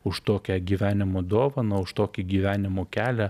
už tokią gyvenimo dovaną už tokį gyvenimo kelią